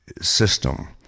system